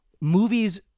movies